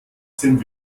sind